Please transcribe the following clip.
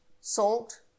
salt